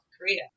Korea